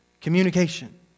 Communication